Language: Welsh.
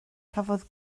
cafodd